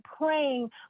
praying